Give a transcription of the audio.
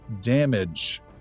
damage